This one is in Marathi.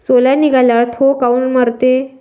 सोला निघाल्यावर थो काऊन मरते?